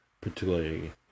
Particularly